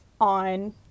on